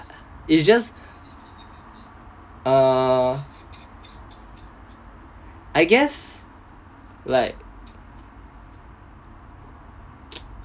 it's just uh I guess like